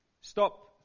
stop